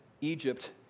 Egypt